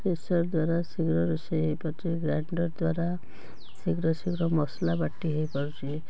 pressure ଦ୍ୱାରା ଶୀଘ୍ର ରୋଷେଇ ହେଇପାରୁଛି ଗ୍ରାଇଣ୍ଡର ଦ୍ୱାରା ଶୀଘ୍ର ଶୀଘ୍ର ମସଲା ବାଟି ହେଇପାରୁଛି